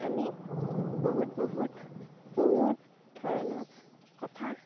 আমি বহুত বহুত বহুত ধৰণৰ কথা